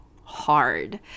hard